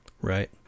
Right